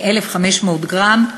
מ-1,500 גרם,